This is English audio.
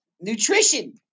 Nutrition